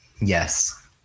Yes